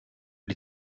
die